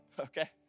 okay